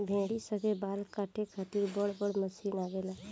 भेड़ी सन के बाल काटे खातिर बड़ बड़ मशीन आवेला